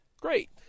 Great